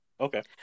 Okay